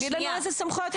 תגיד לנו איזה סמכויות.